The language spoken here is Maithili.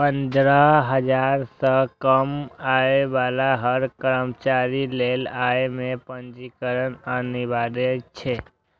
पंद्रह हजार सं कम आय बला हर कर्मचारी लेल अय मे पंजीकरण अनिवार्य छै